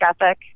ethic